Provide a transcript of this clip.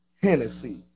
Hennessy